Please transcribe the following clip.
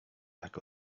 tak